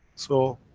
so,